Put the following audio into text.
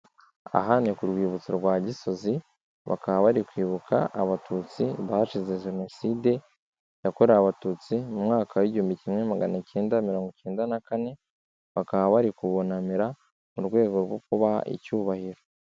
Aha ni ku Rwibutso rwa Gisozi bakaba bari kwibuka Abatutsi bazize Jenoside yakorewe Abatutsi mu mwaka w'igihumbi kimwe magana cyenda mirongo icyenda na kane, bakaba bari kubunamira mu rwego rwo kubaha icyubahiro.